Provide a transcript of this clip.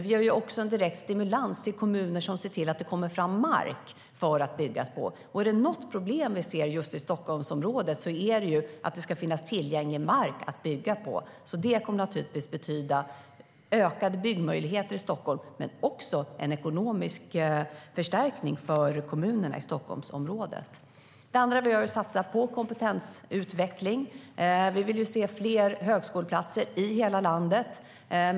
Vi ger också en direkt stimulans riktad till kommuner för att se till att det tas fram mark att bygga på. I just Stockholmsområdet behöver tillgänglig mark tas fram för att kunna bygga. Det kommer att betyda ökade byggmöjligheter i Stockholm men också bli en ekonomisk förstärkning för kommunerna i Stockholmsområdet. Det andra vi behöver satsa på är kompetensutveckling. Vi vill se fler högskoleplatser i hela landet.